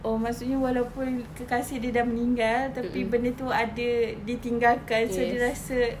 oh maksudnya walaupun kekasih dia sudah meninggal tapi benda itu ada ditinggalkan so dia rasa